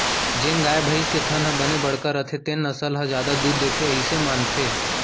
जेन गाय, भईंस के थन ह बने बड़का रथे तेन नसल ह जादा दूद देथे अइसे मानथें